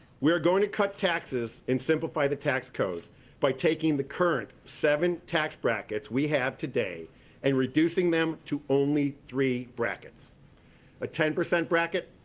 we are going to cut taxes and simplify the tax code by taking the current seven tax brackets we have today and reducing them to only three brackets a ten percent bracket,